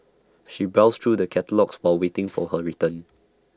she browsed through the catalogues while waiting for her return